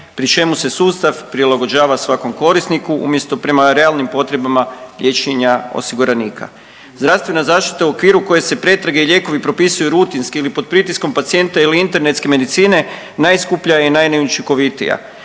pri čemu se sustav prilagođava svakom korisniku umjesto prema realnim potrebama liječenja osiguranika. Zdravstvena zaštita u okviru koje se pretrage i lijekovi propisuju rutinski ili pod pritiskom pacijenta ili internetske medicine najskuplja je i najneučinkovitija.